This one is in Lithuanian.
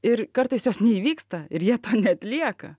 ir kartais jos neįvyksta ir jie to neatlieka